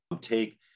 take